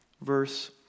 verse